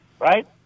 right